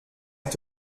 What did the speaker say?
est